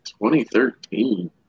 2013